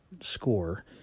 score